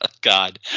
God